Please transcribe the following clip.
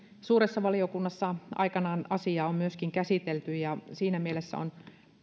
suuressa valiokunnassa aikanaan asiaa on myöskin käsitelty ja siinä mielessä on